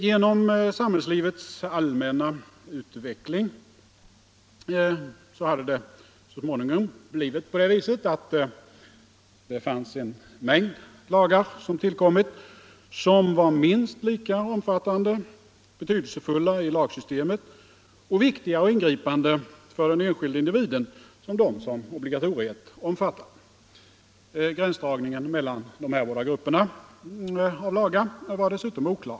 Genom samhällslivets allmänna utveckling hade det så småningom blivit så att en mängd lagar tillkommit, som var minst lika omfattande och betydelsefulla i lagsystemet och viktiga och ingripande för den enskilde individen som de som obligatoriet omfattade. Gränsdragningen mellan de grupperna av lagar var dessutom oklar.